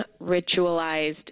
ritualized